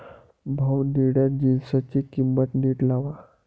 भाऊ, निळ्या जीन्सची किंमत नीट लावा